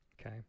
okay